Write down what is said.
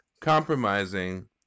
compromising